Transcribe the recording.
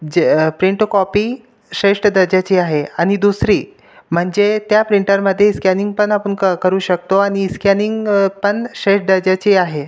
ज print copy श्रेष्ठ दर्जाची आहे आणि दुसरी म्हणजे त्या प्रिंटरमध्ये स्कॅनिंगपण आपण क करू शकतो आणि स्कॅनिंगपण श्रेष्ठ दर्जाची आहे